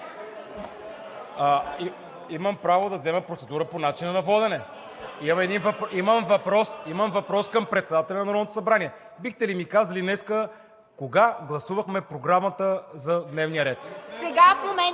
Имам право да взема процедура по начина на водене. Имам въпрос към председателя на Народното събрание. (Реплики от ДПС.) Бихте ли ми казали днес кога гласувахме Програмата за дневния ред?